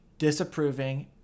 disapproving